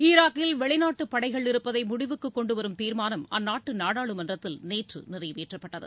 ஈராக்கில் வெளிநாட்டுப் படைகள் இருப்பதை முடிவுக்கு கொண்டுவரும் தீர்மானம் அந்நாட்டு நாடாளுமன்றத்தில் நேற்று நிறைவேற்றப்பட்டது